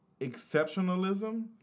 Exceptionalism